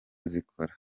zikora